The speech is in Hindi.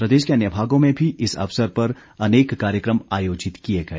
प्रदेश के अन्य भागों में भी इस अवसर पर अनेक कार्यक्रम आयोजित किए गए